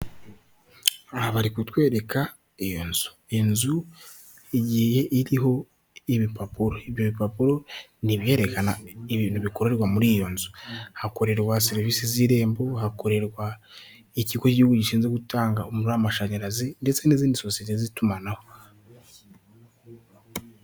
Aha bari kutwereka iyo nzu. Inzu igiye iriho ibipapuro. Ibyo bipapuro ni ibyerekana ibintu bikorerwa muri iyo nzu. Hakorerwa serivisi z'irembo, hakorerwa ikigo cy'igihugu gishinzwe gutanga umuriro w'amashanyarazi ndetse n'izindi sosiye z'itumanaho.